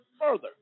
further